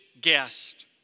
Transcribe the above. guest